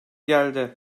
geldi